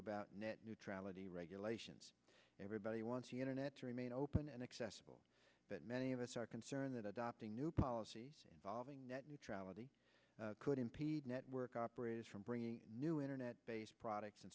about net neutrality regulations everybody wants the internet to remain open and accessible but many of us are concerned that adopting new policies involving net neutrality could impede network operators from bringing new internet based products and